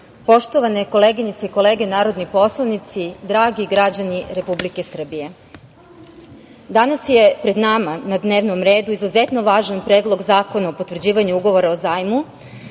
poštovane koleginice i kolege narodni poslanici, dragi građani Republike Srbije, danas je pred nama na dnevnom redu izuzetno važan Predlog zakona o potvrđivanju Ugovora o zajmu.